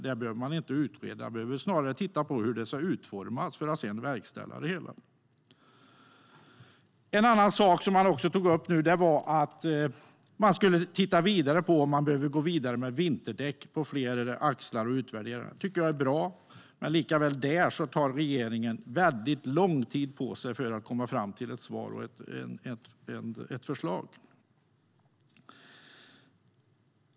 Det behöver man inte utreda, utan snarare bör man titta på hur det ska utformas för att sedan verkställa det hela. En annan sak man tog upp var att man ska titta på om man behöver gå vidare med vinterdäck på fler axlar och utvärdera. Det tycker jag är bra, men även där tar regeringen väldigt lång tid på sig för att komma fram till ett svar och ett förslag.